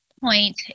point